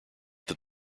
that